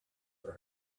for